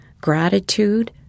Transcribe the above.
gratitude